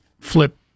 flip